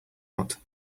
lot